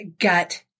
gut